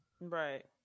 right